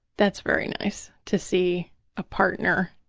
that's very nice to see a partner